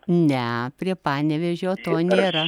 ne prie panevėžio to nėra